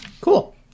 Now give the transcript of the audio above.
Cool